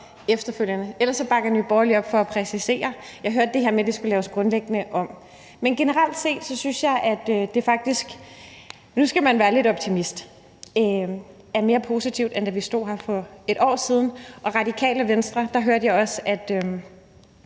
efterfølgende. Ellers bakker Nye Borgerlige op om at præcisere. Jeg hørte det her med, at det skulle laves grundlæggende om. Generelt set synes jeg faktisk – man skal jo være lidt optimist – at det er mere positivt, end da vi stod her for et år siden. Fra Radikale Venstres side hørte jeg også, at